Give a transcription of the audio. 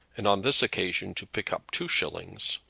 and on this occasion to pick up two shillings.